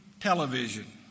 television